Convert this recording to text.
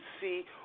see